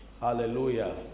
Hallelujah